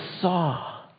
saw